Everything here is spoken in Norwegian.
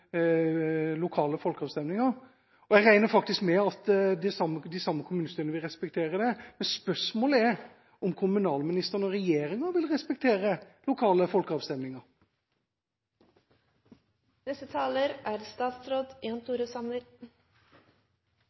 lokale folkeavstemninger. Jeg regner faktisk med at de samme kommunestyrene vil respektere det. Spørsmålet er om kommunalministeren og regjeringa vil respektere lokale